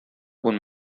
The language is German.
und